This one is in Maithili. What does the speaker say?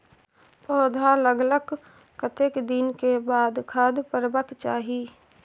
पौधा लागलाक कतेक दिन के बाद खाद परबाक चाही?